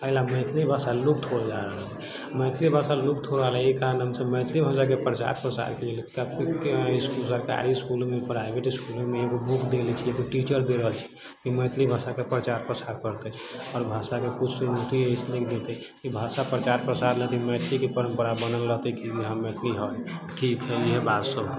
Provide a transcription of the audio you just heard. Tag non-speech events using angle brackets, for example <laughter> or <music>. अइला मैथिली भाषा लुप्त होल जा रहल छै मैथिली भाषा लुप्त हो रहलै एहि कारण हमसब मैथिली भाषाके प्रचार प्रसारके लेल <unintelligible> सरकारी इसकुलमे प्राइवेट इसकुलमे एगो ने बुक देले छियै <unintelligible> मैथिली भाषाके प्रचार प्रसार करतै आओर भाषाके <unintelligible> भाषा प्रचार प्रसार मैथिलीके परम्परा बनल रहतै कि हँ मैथिली हय इहे बात सब हय